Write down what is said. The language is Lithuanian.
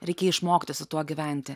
reikia išmokti su tuo gyventi